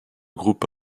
groupe